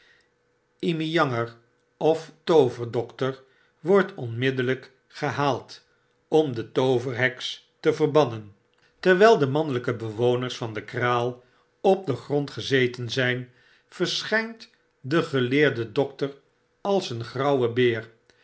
imyangerof toover doctor wprdt onmiddellijk gehaald om de tooverheks te verbannen terwjjl de mannelijke bewoners van de kraal op den grond gezeten zijn verschijnt de geleerde doctor als een grauwe beer